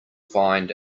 find